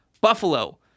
Buffalo